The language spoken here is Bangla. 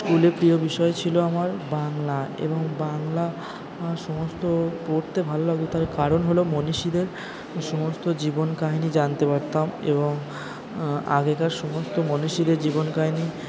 স্কুলে প্রিয় বিষয় ছিল আমার বাংলা এবং বাংলা সমস্ত পড়তে ভালো লাগতো তার কারণ হল মনীষীদের সমস্ত জীবন কাহিনি জানতে পারতাম এবং আগেকার সমস্ত মনীষীদের জীবন কাহিনি